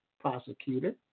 prosecutor